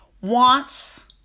wants